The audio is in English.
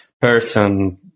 person